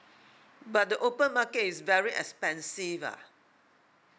but the open market is very expensive ah